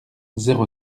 zéro